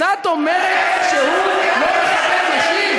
אז את אומרת שהוא לא מכבד נשים?